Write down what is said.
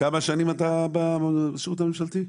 --- כמה שנים אתה בשירות הממשלתי?